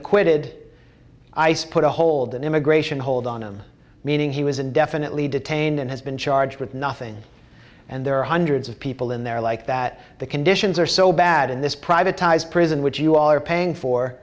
acquitted ice put a hold on immigration hold on him meaning he was indefinitely detained and has been charged with nothing and there are hundreds of people in there like that the conditions are so bad in this privatized prison which you all are paying for